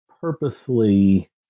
purposely